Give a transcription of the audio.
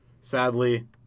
Sadly